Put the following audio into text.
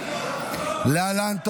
להעביר את